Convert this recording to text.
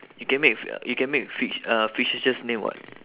you can make f~ you can make fic~ uh fictitious name [what]